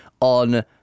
on